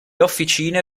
officine